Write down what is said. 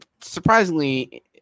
surprisingly